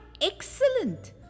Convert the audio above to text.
excellent